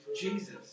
Jesus